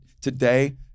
today